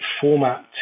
format